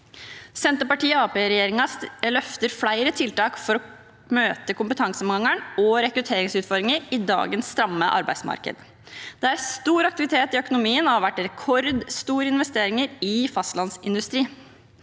Arbeiderparti–Senterparti-regjeringen løfter flere tiltak for å møte kompetansemangelen og rekrutteringsutfordringer i dagens stramme arbeidsmarked. Det er stor aktivitet i økonomien, og det har vært rekordstore investeringer i fastlandsindustrien.